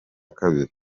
kabiri